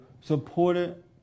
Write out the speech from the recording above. supported